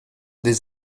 des